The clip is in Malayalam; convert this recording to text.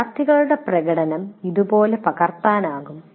വിദ്യാർത്ഥികളുടെ പ്രകടനം ഇതുപോലെ പകർത്താനാകും